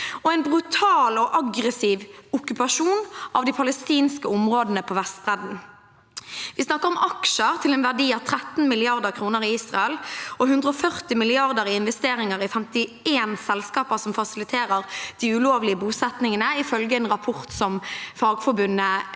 og en brutal og aggressiv okkupasjon av de palestinske områdene på Vestbredden. Vi snakker om aksjer til en verdi av 13 mrd. kr i Israel og 140 mrd. kr i investeringer i 51 selskaper som fasiliterer de ulovlige bosettingene, ifølge en rapport som Fagforbundet,